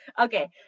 Okay